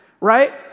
right